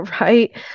right